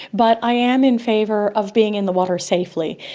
but i am in favour of being in the water safely.